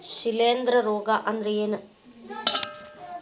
ಶಿಲೇಂಧ್ರ ರೋಗಾ ಅಂದ್ರ ಏನ್?